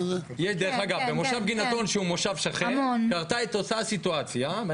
במושב גינתון השכן קרתה אותה סיטואציה.